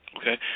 Okay